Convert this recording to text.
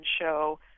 show